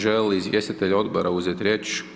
Želi li izvjestitelj Odbora uzeti riječ?